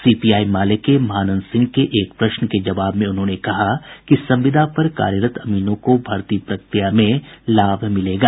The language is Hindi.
सीपीआई माले के महानंद सिंह के एक प्रश्न के जवाब में उन्होंने कहा कि संविदा पर कार्यरत अमीनों को भर्ती प्रक्रिया में लाभ मिलेगा